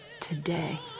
today